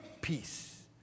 Peace